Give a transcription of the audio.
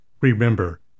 Remember